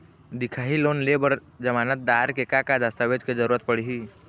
दिखाही लोन ले बर जमानतदार के का का दस्तावेज के जरूरत पड़ही?